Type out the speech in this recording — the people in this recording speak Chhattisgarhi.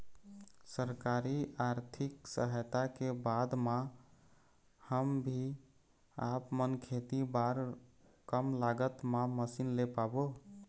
सरकारी आरथिक सहायता के बाद मा हम भी आपमन खेती बार कम लागत मा मशीन ले पाबो?